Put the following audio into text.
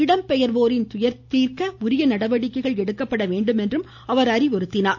இடம்பெயர்வோரின் துயர் தீர்க்க உரிய நடவடிக்கைகள் எடுக்கப்பட வேண்டும் என்றும் அவர் அறிவுறுத்தியுள்ளார்